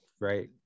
right